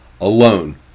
alone